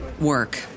work